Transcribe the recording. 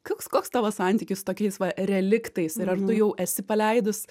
koks koks tavo santykis su tokiais va reliktais ir ar tu jau esi paleidus